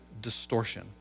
distortion